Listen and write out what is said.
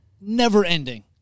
never-ending